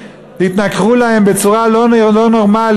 התנכרו להם בצורה לא נורמלית.